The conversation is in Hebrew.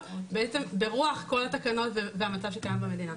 ברוח כל התקנות והמצב שקיים במדינה.